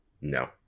No